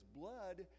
blood